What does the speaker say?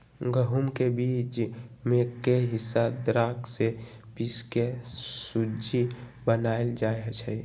गहुम के बीच में के हिस्सा दर्रा से पिसके सुज्ज़ी बनाएल जाइ छइ